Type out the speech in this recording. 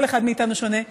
כל אחד מאיתנו שונה,